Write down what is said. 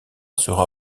sera